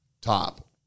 top